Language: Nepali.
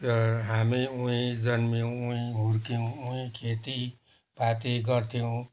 र हामी उहीँ जन्मियौँ उहीँ हुर्कियौँ उहीँ खेतीपाती गर्थ्यौँ